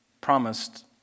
promised